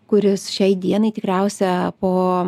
kuris šiai dienai tikriausia po